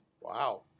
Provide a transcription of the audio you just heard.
Wow